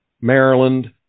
Maryland